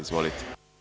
Izvolite.